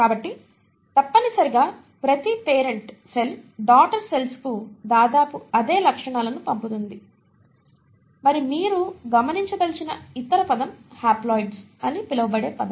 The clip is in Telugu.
కాబట్టి తప్పనిసరిగా ప్రతి పేరెంట్ సెల్ డాటర్ సెల్స్ కు దాదాపు అదే లక్షణాలను పంపుతుంది మరియు మీరు గమనించదలిచిన ఇతర పదం హాప్లోయిడ్స్ అని పిలువబడే పదం